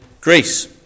Greece